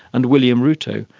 and william ruto,